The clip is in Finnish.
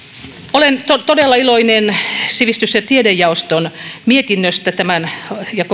olen todella iloinen sivistys ja tiedejaoston mietinnöstä ja